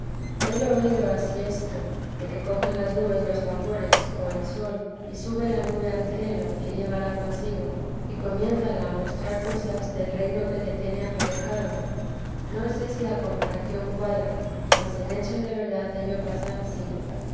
helo oído ansí esto de que cogen las nubes los vapores o el sol y sube la nube al cielo y llévala consigo y comiénzala a mostrar cosas del reino que le tiene aparejado no sé si la comparación cuadra mas en hecho de verdad ello pasa ansí